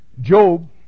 Job